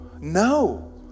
no